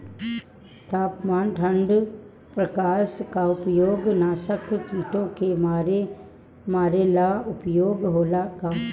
तापमान ठण्ड प्रकास का उपयोग नाशक कीटो के मारे ला उपयोग होला का?